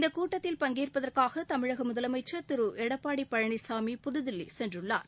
இந்த கூட்டத்தில் பங்கேற்பதற்காக தமிழக முதலமைச்சர் திரு எடப்பாடி பழனிசாமி புதுதில்லி சென்றுள்ளார்